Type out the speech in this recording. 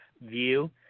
view